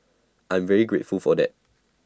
I'm very grateful for that